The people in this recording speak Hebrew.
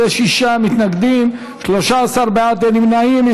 56 מתנגדים, 13 בעד, אין נמנעים.